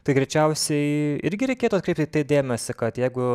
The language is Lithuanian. tai greičiausiai irgi reikėtų atkreipti į tai dėmesį kad jeigu